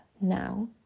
now